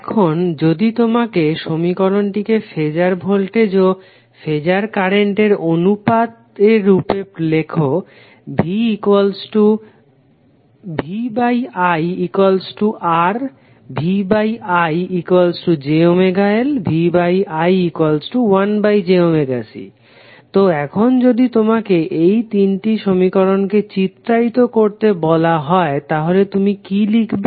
এখন যদি তুমি সমীকরণটিকে ফেজার ভোল্টেজ ও ফেজার কারেন্টের অনুপাতের রূপে লেখো VIRVIjωLVI1jωC তো এখন যদি তোমাকে এই তিনটি সমীকরণকে চিত্রায়িত করতে বলা হয় তাহলে তুমি কি লিখবে